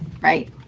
Right